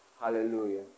Hallelujah